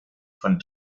von